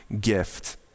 gift